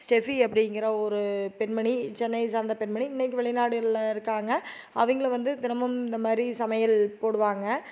Steffi அப்படிங்கிற ஒரு பெண்மணி சென்னை சார்ந்த பெண்மணி இன்னைக்கு வெளிநாடுகளில் இருக்காங்க அவங்கள வந்து திரும்பவும் இந்தமாதிரி சமையல் போடுவாங்க